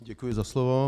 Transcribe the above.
Děkuji za slovo.